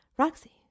Roxy